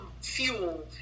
fuel